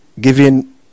giving